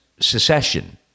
secession